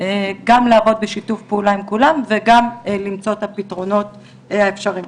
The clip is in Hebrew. גם לעבוד בשיתוף פעולה עם כולם וגם למצוא את הפתרונות האפשריים.